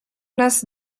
nas